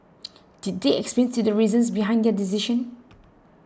did they explain to the reasons behind their decision